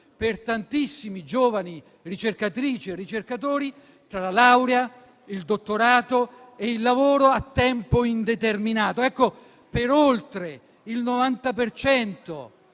per tantissimi giovani ricercatrici e ricercatori tra la laurea, il dottorato e il lavoro a tempo indeterminato. Per oltre il 90